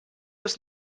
bis